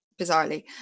bizarrely